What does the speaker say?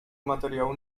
materiału